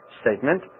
statement